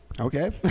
Okay